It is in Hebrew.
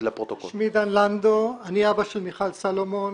שמי דן לנדאו, אני אבא של מיכל סלומון